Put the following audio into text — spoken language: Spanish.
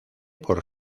por